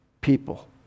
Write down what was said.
people